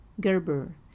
Gerber